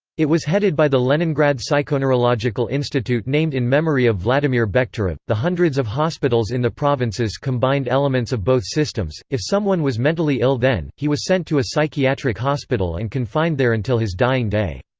it was headed by the leningrad psychoneurological institute named in memory of vladimir bekhterev the hundreds of hospitals in the provinces combined elements of both systems if someone was mentally ill then, he was sent to a psychiatric hospital and confined there until his dying day.